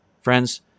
Friends